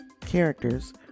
characters